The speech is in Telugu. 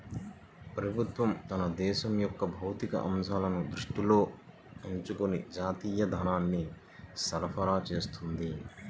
ప్రభుత్వం తన దేశం యొక్క భౌతిక అంశాలను దృష్టిలో ఉంచుకొని జాతీయ ధనాన్ని సరఫరా చేస్తుంది